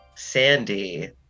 Sandy